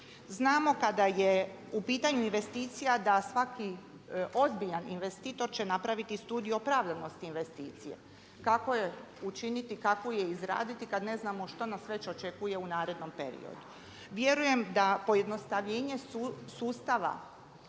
Znamo kada je u pitanju investicija da svaki ozbiljan investitor će napraviti Studiju opravdanosti investicije kako je učiniti, kako je izraditi kad ne znamo što nas već očekuje u narednom periodu. Vjerujem da pojednostavljenje sustava